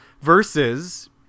Versus